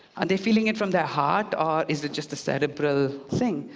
are they feeling it from their heart, or is it just a cerebral thing?